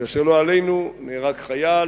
כאשר, לא עלינו, נהרג חייל,